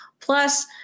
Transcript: Plus